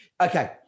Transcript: Okay